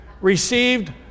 Received